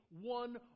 one